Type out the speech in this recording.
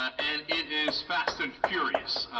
and it is fast and furious